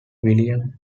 william